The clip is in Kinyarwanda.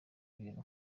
ibintu